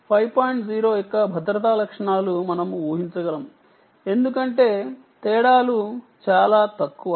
0 యొక్క భద్రతా లక్షణాలు మనము ఊహించగలము ఎందుకంటే తేడాలు చాలా తక్కువ